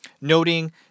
noting